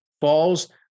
falls